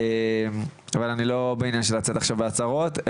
אני לא בעניין של לצאת בהצהרות,